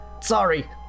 sorry